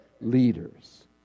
leaders